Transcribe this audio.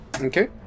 Okay